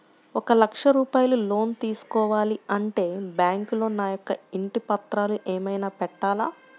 ఒక లక్ష రూపాయలు లోన్ తీసుకోవాలి అంటే బ్యాంకులో నా యొక్క ఇంటి పత్రాలు ఏమైనా పెట్టాలా?